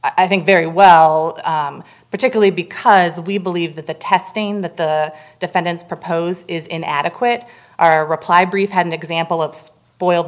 i think very well particularly because we believe that the testing that the defendants propose is in adequate are reply brief had an example of boiled